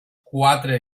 quatre